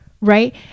Right